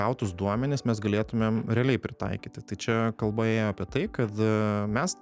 gautus duomenis mes galėtumėm realiai pritaikyti tai čia kalba ėjo apie tai kad mes